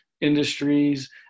industries